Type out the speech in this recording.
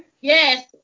Yes